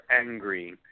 angry